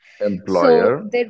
Employer